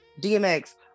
DMX